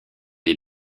des